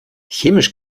chemisch